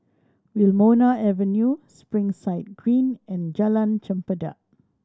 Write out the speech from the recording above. Wilmonar Avenue Springside Green and Jalan Chempedak